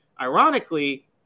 Ironically